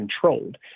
controlled